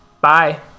Bye